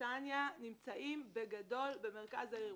ולנתניה נמצאים גם במרכז העיר ירושלים,